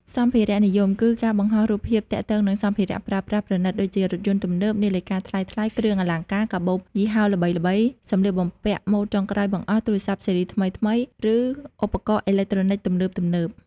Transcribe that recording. សម្ភារៈនិយមគឺ ការបង្ហោះរូបភាពទាក់ទងនឹងសម្ភារៈប្រើប្រាស់ប្រណីតដូចជារថយន្តទំនើប នាឡិកាថ្លៃៗ គ្រឿងអលង្ការ កាបូបយីហោល្បីៗ សម្លៀកបំពាក់ម៉ូដចុងក្រោយបង្អស់ ទូរស័ព្ទស៊េរីថ្មីៗ ឬឧបករណ៍អេឡិចត្រូនិចទំនើបៗ។